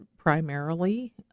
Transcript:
primarily